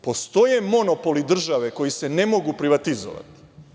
Postoje monopoli države koji se ne mogu privatizovati.